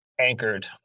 anchored